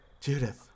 Judith